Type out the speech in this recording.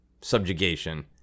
subjugation